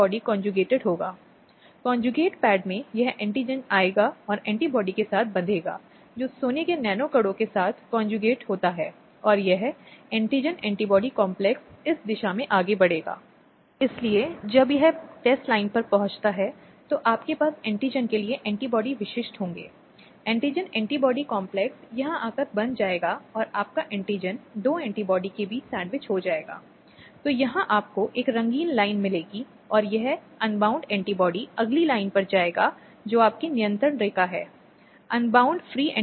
पक्षों के बीच एक भावनात्मक बंधन और एक अंतरंग बंधन होता है और यह आवश्यक है कि अगर उन्हें कुछ परामर्श के माध्यम से रखा जाए या यदि विशेषज्ञ हैं जिन्हें प्रक्रिया का हिस्सा बनाया जाता है तो एक बेहतर राहत हो सकती है या एक महिला को दिया बेहतर उपाय